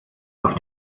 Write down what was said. auf